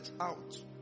out